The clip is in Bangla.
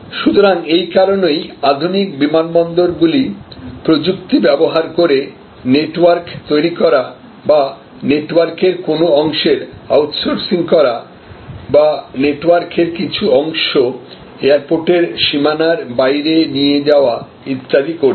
সুতরাং এই কারণেই আধুনিক বিমানবন্দর গুলি প্রযুক্তি ব্যবহার করে নেটওয়ার্ক তৈরি করা বা নেটওয়ার্কের কোনও অংশের আউটসোর্সিং করা বা নেটওয়ার্ক এর কিছু অংশ এয়ারপোর্টের সীমানার বাইরে নিয়ে যাওয়া ইত্যাদি করছে